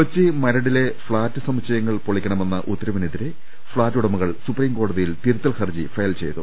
കൊച്ചി മരടിലെ ഫ്ളാറ്റ് സമുച്ചയങ്ങൾ പൊളിക്കണമെന്ന ഉത്ത രവിനെതിരെ ഫ്ളാറ്റുടമകൾ സുപ്രീം കോടതിയിൽ തിരുത്തൽ ഹർജി ഫയൽ ചെയ്തു